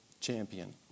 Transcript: champion